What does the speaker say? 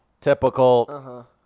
typical